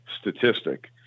statistic